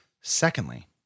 secondly